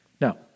Now